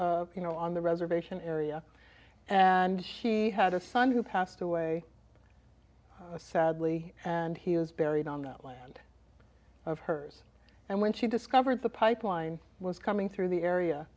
you know on the reservation area and she had a son who passed away sadly and he was buried on that land of hers and when she discovered the pipeline was coming through the area